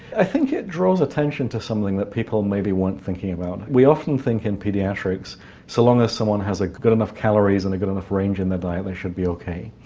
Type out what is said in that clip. i think it draws attention to something that people maybe weren't thinking about. we often think in paediatrics so long as someone has ah good enough calories and a good enough range in their diet they should be ok.